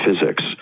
physics